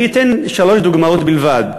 אני אתן שלוש דוגמאות בלבד.